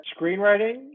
screenwriting